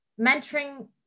Mentoring